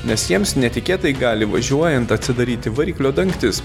nes jiems netikėtai gali važiuojant atsidaryti variklio dangtis